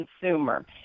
consumer